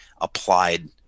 applied